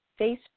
Facebook